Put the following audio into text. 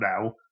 now